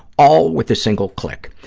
all with a single click.